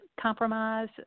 compromise